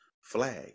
flag